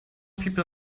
people